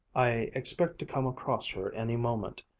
i expect to come across her any moment,